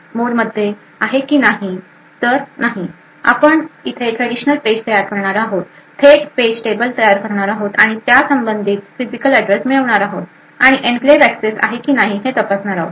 तर नाही आपण इथे ट्रॅडिशनल पेज तयार करणार आहोत थेट पेज टेबल करणार आहोत आणि त्या संबंधित फिजिकल एड्रेस मिळवणार आहोत आणि एन्क्लेव्ह एक्सेस आहे की नाही हे तपासणार आहोत